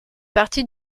partie